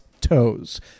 toes